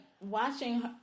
watching